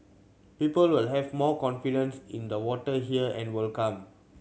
people will have more confidence in the water here and will come